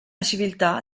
civiltà